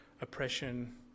oppression